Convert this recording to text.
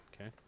Okay